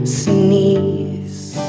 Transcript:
sneeze